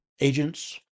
agents